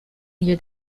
near